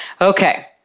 Okay